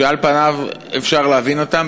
שעל פניו אפשר להבין אותם,